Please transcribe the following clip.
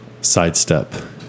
sidestep